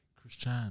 Christian